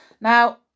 now